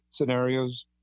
scenarios